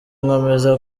nkomeza